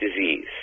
disease